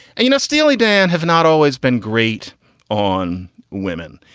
and you know, steely dan have not always been great on women.